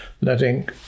letting